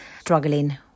struggling